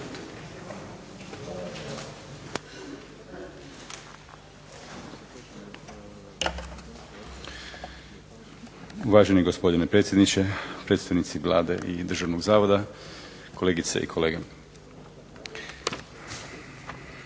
Uvaženi gospodine predsjedniče, predstavnici Vlade i Državnog zavoda, kolegice i kolege